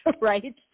right